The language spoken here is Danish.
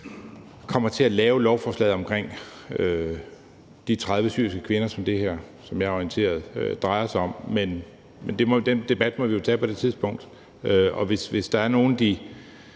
kommer til at lave lovforslaget om de 30 syriske kvinder, som det her, som jeg er orienteret, drejer sig om, men den debat må vi tage på det tidspunkt. Hvis der er nogen, de